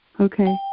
Okay